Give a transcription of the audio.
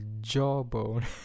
jawbone